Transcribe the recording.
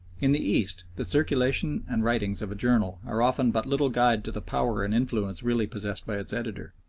in the east the circulation and writings of a journal are often but little guide to the power and influence really possessed by its editor,